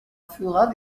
führer